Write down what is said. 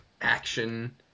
action